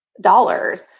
dollars